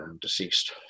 deceased